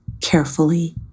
carefully